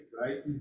right